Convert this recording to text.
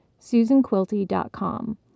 susanquilty.com